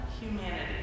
humanity